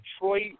Detroit